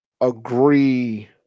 agree